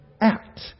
act